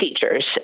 teachers